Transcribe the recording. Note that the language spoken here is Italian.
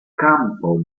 campo